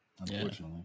Unfortunately